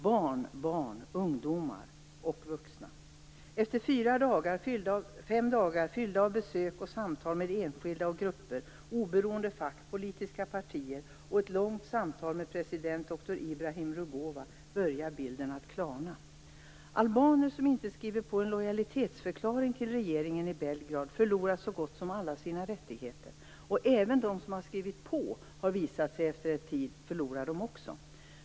Det är barn, ungdomar och vuxna. Efter fem dagar fyllda av besök och samtal med enskilda och grupper, oberoende fack, politiska partier och efter ett långt samtal med president Dr Ibrahim Rugova börjar bilden att klarna. Albaner som inte skriver på en lojalitetsförklaring till regeringen i Belgrad förlorar så gott som alla sina rättigheter. Även de som har skrivit på, har det visat sig efter en tid, förlorar också rättigheterna.